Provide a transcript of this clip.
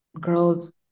girls